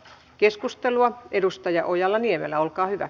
keskustelua edustaja ojala niemelä olkaa hyvä